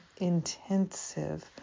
Intensive